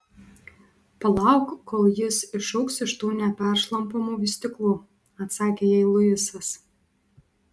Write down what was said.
palauk kol jis išaugs iš tų neperšlampamų vystyklų atsakė jai luisas